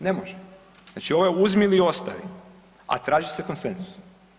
Ne može, znači ovo je uzmi ili ostavi, a traži se konsenzus.